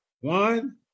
one